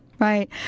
Right